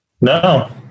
No